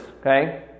okay